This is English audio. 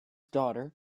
daughter